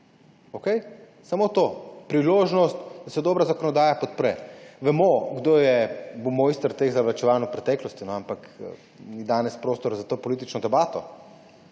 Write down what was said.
Samo to. Priložnost, da se dobra zakonodaja podpre. Vemo, kdo je bil mojster teh zavlačevanj v preteklosti, ampak ni danes prostor za to politično debato.